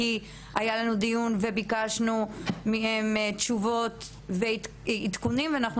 כי היה לנו דיון וביקשנו מהם תשובות ועדכונים ואנחנו